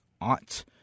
ought